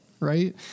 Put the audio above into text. Right